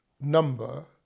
number